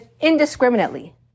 indiscriminately